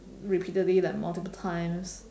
repeatedly like multiple times